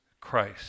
Christ